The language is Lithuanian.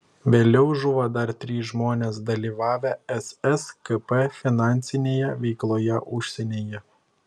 vėliau žuvo dar trys žmonės dalyvavę sskp finansinėje veikloje užsienyje